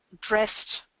dressed